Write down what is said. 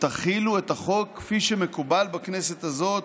תחילו את החוק, כפי שמקובל בכנסת הזאת,